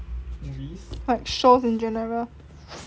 like shows in general